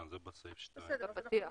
בסדר.